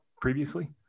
previously